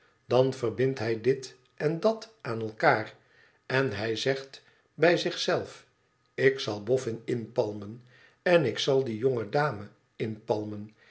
dan verbindt hij dit en dat aan elkaar en hij zegt bij zich feelf ik zal boffin inpalmen en ik zal die jonge dame inpalmen